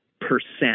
percent